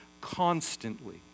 constantly